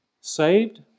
saved